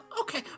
okay